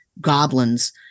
goblins